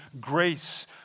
grace